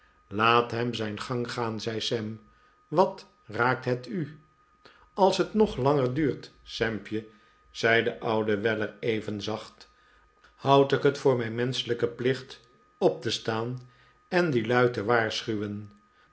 laat hem zijn gang gaan zei sam wat raakt het u als het nog langer duurt sampje zei de oude weller even zacht houd ik het voor mijn menschelijke plicht op te staan en die lui te waarschuwen